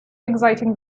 exciting